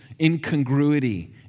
incongruity